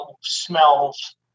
smells